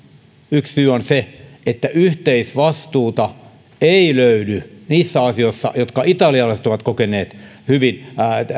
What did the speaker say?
yksi syy on se että yhteisvastuuta ei löydy niissä asioissa jotka italialaiset ovat kokeneet hyvin